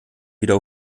wieder